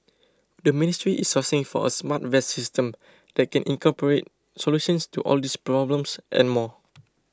the ministry is sourcing for a smart vest system that can incorporate solutions to all these problems and more